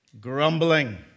Grumbling